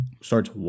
starts